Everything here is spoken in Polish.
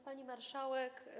Pani Marszałek!